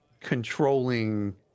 controlling